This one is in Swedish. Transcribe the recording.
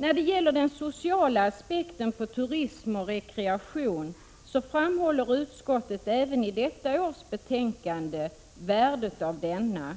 När det gäller den sociala aspekten på turism och rekreation så framhåller utskottet även i detta års betänkande värdet av denna.